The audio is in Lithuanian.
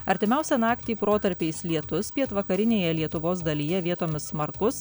artimiausią naktį protarpiais lietus pietvakarinėje lietuvos dalyje vietomis smarkus